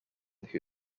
who